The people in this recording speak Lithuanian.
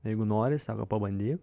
jeigu nori sako pabandyk